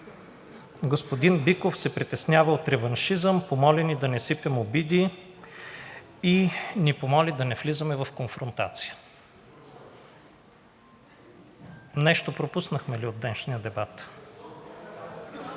Господин Биков се притеснява от реваншизъм. Помоли ни да не сипем обиди и ни помоли да не влизаме в конфронтация. Нещо пропуснахме ли от днешния дебат?